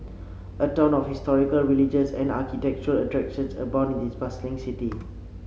a ton of historical religious and architectural attractions abound in this bustling city